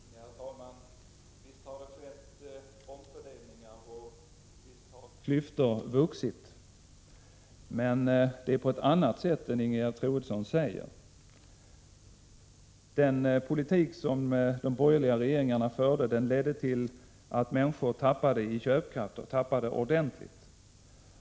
Herr talman! Visst har det skett omfördelningar och visst har klyftorna vuxit, men det är på ett annat sätt än Ingegerd Troedsson säger. Den politik som de borgerliga regeringarna förde ledde till att människor tappade i köpkraft, och det ordentligt.